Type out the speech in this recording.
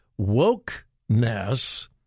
wokeness